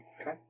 Okay